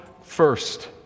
first